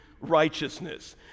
righteousness